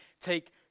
take